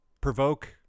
provoke